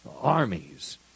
armies